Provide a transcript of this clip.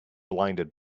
blinded